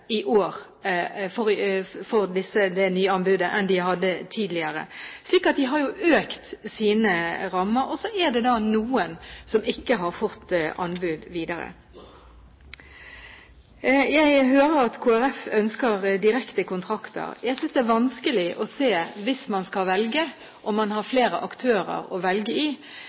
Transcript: enn de hadde tidligere. De har jo økt sine rammer. Så er det noen som ikke har fått anbud videre. Jeg hører at Kristelig Folkeparti ønsker direkte kontrakter. Jeg synes det er vanskelig å se – hvis man skal velge, og man har flere aktører å velge i